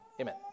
Amen